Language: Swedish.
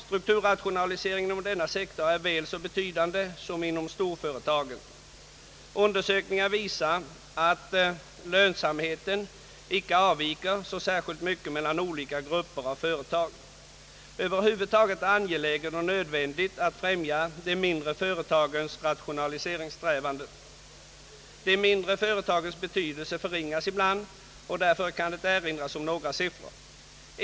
Strukturrationaliseringen inom denna sektor är väl så betydande som inom storföretagen. Undersökningar visar att lönsamheten inte avviker så särskilt mycket mellan olika grupper av företag. Över huvud taget är det angeläget och nödvändigt att främja de mindre företagens rationaliseringssträvanden. De mindre företagens betydelse förringas ibland, och därför kan erinras om några siffror.